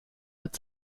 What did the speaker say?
mit